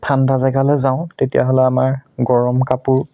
ঠাণ্ডা জেগালৈ যাওঁ তেতিয়াহ'লে আমাৰ গৰম কাপোৰ